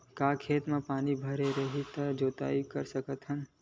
का खेत म पानी भरे रही त जोताई कर सकत हन?